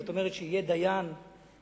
זאת אומרת שיהיה דיין עמית,